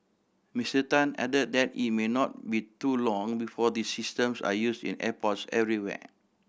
Mister Tan added that it may not be too long before these systems are use in airports everywhere